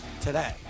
today